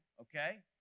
okay